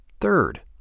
Third